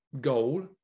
goal